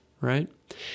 right